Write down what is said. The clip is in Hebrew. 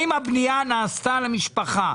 אם הבנייה נעשתה למשפחה,